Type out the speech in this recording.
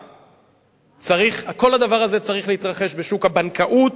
כל הדבר הזה צריך להתרחש בשוק הבנקאות,